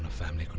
family